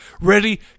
Ready